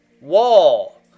wall